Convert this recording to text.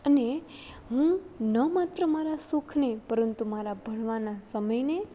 અને હું ન માત્ર મારા શોખને પરંતુ મારા ભણવાના સમયને